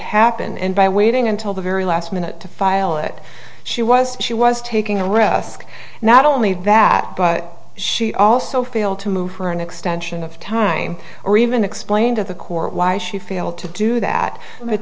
happen and by waiting until the very last minute to file it she was she was taking a risk not only that but she also failed to move for an extension of time or even explain to the court why she failed to do that